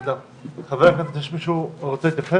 חברי הכנסת, יש מישהו שרוצה להתייחס